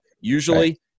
Usually